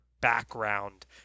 background